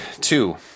two